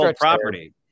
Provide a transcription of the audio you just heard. property